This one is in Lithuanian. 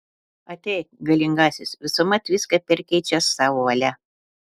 ateik galingasis visuomet viską perkeičiąs savo valia